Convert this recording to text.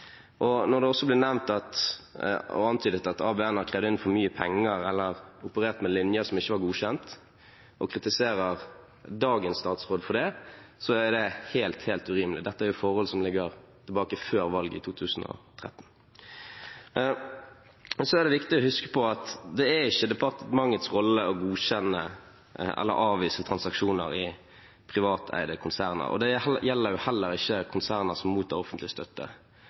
Når det også blir nevnt og antydet at ABM har krevd inn for mye penger eller operert med linjer som ikke var godkjent, og man kritiserer dagens statsråd for det, er det helt, helt urimelig. Dette er jo forhold tilbake til før valget i 2013. Så er det viktig å huske på at det er ikke departementets rolle å godkjenne eller avvise transaksjoner i privateide konserner – heller ikke i konserner som mottar offentlig støtte.